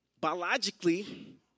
biologically